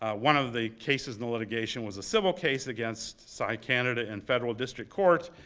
ah one of the cases in the litigation was a civil case against cy canada in federal district court.